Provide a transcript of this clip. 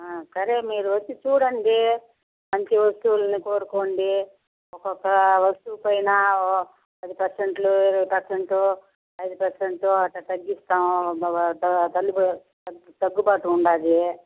సరే మీరు వచ్చి చూడండి మంచి వస్తువులను కోరుకోండి ఒక్కొక్క వస్తువు పైన పది పర్సెంట్ ఇరవై పర్సెంట్ ఐదు పర్సెంట్ అట్ట తగ్గిస్తాం తల్లిపాటు తగ్గుబాటు ఉంది